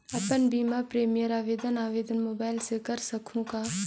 अपन बीमा प्रीमियम आवेदन आवेदन मोबाइल से कर सकहुं का?